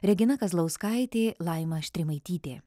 regina kazlauskaitė laima štrimaitytė